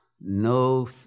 no